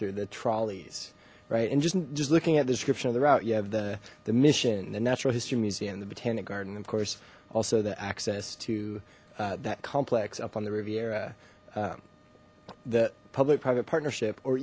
through the trolleys right and just just looking at the description of the route you have the the mission the natural history museum the botanic garden of course also the access to that complex up on the riviera the public private partnership or